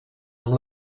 amb